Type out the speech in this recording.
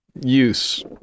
use